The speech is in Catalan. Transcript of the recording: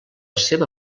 seva